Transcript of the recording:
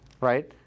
right